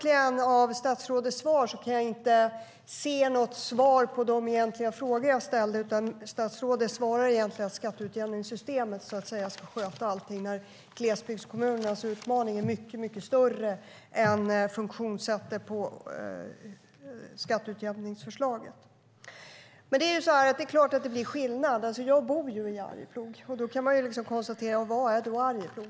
I statsrådets svar kan jag inte se något svar på de egentliga frågor jag ställde, utan statsrådet svarade att skatteutjämningssystemet ska sköta allting - när glesbygdskommunernas utmaning är mycket större än funktionssättet på skatteutjämningsförslaget. Det är klart att det blir skillnad. Jag bor i Arjeplog. Vad är då Arjeplog?